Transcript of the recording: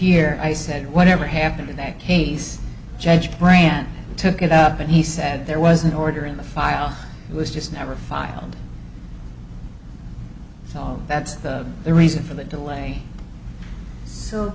here i said whatever happened in that case judge grant took it up and he said there was an order in the file it was just never filed so that's the reason for the delay so